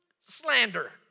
slander